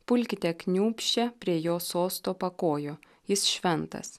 pulkite kniūbsčią prie jo sosto pakojo jis šventas